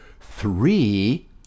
three